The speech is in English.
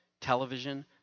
television